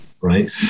right